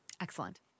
Excellent